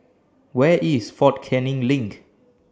Where IS Fort Canning LINK